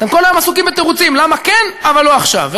אתם כל היום עסוקים בתירוצים למה כן אבל לא עכשיו.